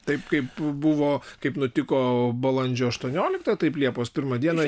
taip kaip buvo kaip nutiko balandžio aštuonioliktą taip liepos pirmą dieną